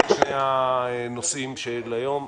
אלה שני הנושאים שבהם נדון היום,